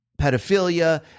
pedophilia